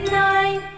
nine